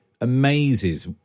amazes